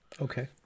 Okay